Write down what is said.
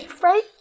Right